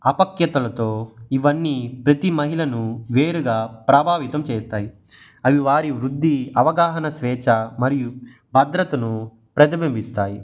అపక్యతలతో ఇవన్నీ ప్రతి మహిళలను వేరుగా ప్రభావితం చేస్తాయి అవి వారి వృద్ధి అవగాహన స్వేచ్ఛ మరియు భద్రతను ప్రతిబింబిస్తాయి